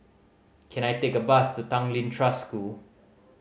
can I take a bus to Tanglin Trust School